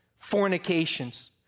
fornications